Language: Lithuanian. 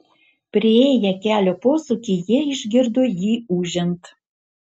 priėję kelio posūkį jie išgirdo jį ūžiant